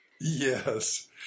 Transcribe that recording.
Yes